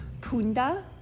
Punda